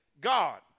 God